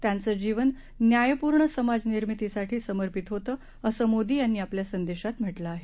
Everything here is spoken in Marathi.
त्याचं जीवन न्यायपूर्ण समाजनिर्मितीसाठी समर्पित होतं असं मोदी यांनी आपल्या संदेशात म्हटलं आहे